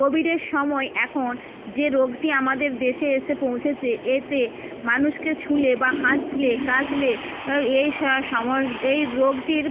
কোভিডের সময় এখন যে রোগটি আমাদের দেশে এসে পৌঁছেছে এতে মানুষকে ছুলে বা হাঁচলে কাশলে এই সমস্যা এই রোগটির